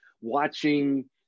watching